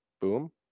boom